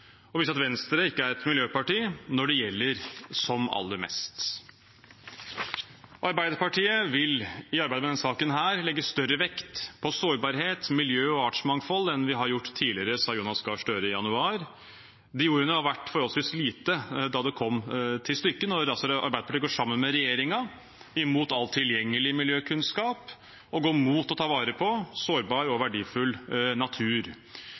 og viser at Venstre ikke er et miljøparti når det gjelder som aller mest. «Arbeiderpartiet vil i arbeidet med denne saken legge større vekt på sårbarhet, miljø og artsmangfold enn vi har gjort tidligere,» sa Jonas Gahr Støre i januar. De ordene var verdt forholdsvis lite da det kom til stykket, når Arbeiderpartiet altså går sammen med regjeringen mot all tilgjengelig miljøkunnskap, og mot å ta vare på sårbar og verdifull natur.